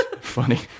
funny